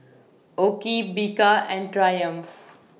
OKI Bika and Triumph